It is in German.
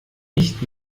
nicht